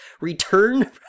return